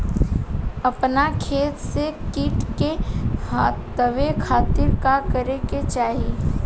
अपना खेत से कीट के हतावे खातिर का करे के चाही?